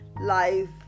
life